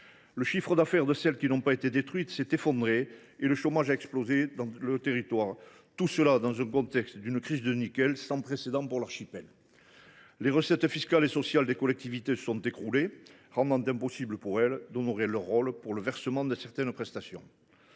Le chiffre d’affaires de celles qui n’ont pas été détruites s’est effondré, et le chômage a explosé dans le territoire. Tout cela dans le contexte d’une crise du nickel sans précédent pour l’archipel. Les recettes fiscales et sociales des collectivités se sont écroulées, rendant impossible pour elles d’honorer leur rôle pour le versement de certaines prestations.